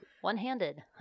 One-handed